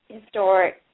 historic